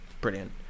Brilliant